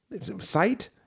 sight